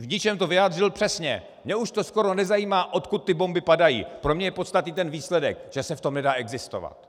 V něčem to vyjádřil přesně: Mně už to skoro nezajímá, odkud ty bomby padají, pro mě je podstatný výsledek, že se v tom nedá existovat.